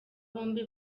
bombi